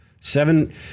Seven